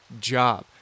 job